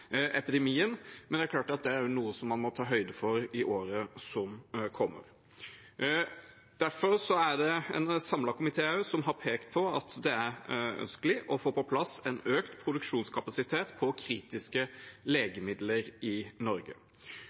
epidemien, men det er klart at det er noe man må ta høyde for i året som kommer. Derfor har en samlet komité pekt på at det er ønskelig å få på plass en økt produksjonskapasitet for kritiske legemidler i Norge.